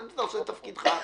זה תפקידך.